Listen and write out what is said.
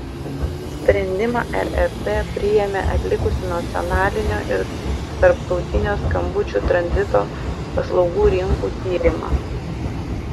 sprendimą rrt priėmė atlikusi nacionalinio ir tarptautinio skambučių tranzito paslaugų rinkų tyrimą